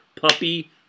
puppy